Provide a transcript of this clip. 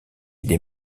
des